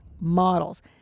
models